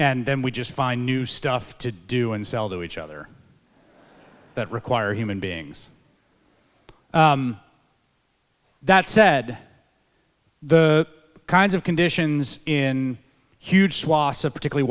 and then we just find new stuff to do and sell to each other that require human beings that said the kinds of conditions in huge swaths of particularly